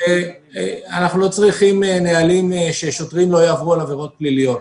אנחנו לא צריכים נהלים ששוטרים לא יעברו עבירות פליליות.